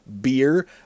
beer